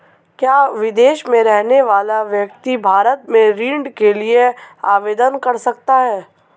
क्या विदेश में रहने वाला व्यक्ति भारत में ऋण के लिए आवेदन कर सकता है?